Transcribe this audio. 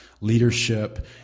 leadership